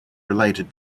related